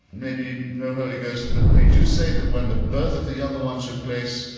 maybe no holy ghost, but they do say that when the birth of the younger one took place,